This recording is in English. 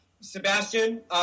Sebastian